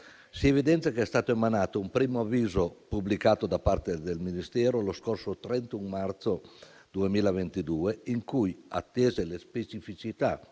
si evidenzia che è stato emanato un primo avviso - pubblicato da parte del Ministero lo scorso 31 marzo 2022 - in cui, attese le specificità